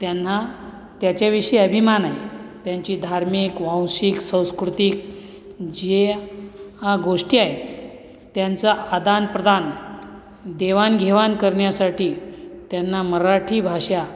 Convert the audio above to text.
त्यांना त्याच्याविषयी अभिमान आहे त्यांची धार्मिक वाांशिक सांस्कृतिक जे हा गोष्टी आहेत त्यांचा आदानप्रदान देवाणघेवाण करण्यासाठी त्यांना मराठी भाषा